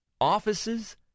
offices